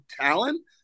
talent